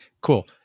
cool